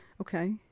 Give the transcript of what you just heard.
Okay